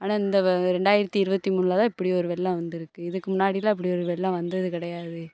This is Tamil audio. ஆனால் இந்த ரெண்டாயிரத்து இருபத்தி மூணில் தான் இப்படி ஒரு வெள்ளம் வந்திருக்கு இதுக்கு முன்னாடியெல்லாம் இப்படி ஒரு வெள்ளம் வந்தது கிடையாது